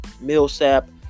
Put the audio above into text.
Millsap